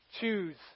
choose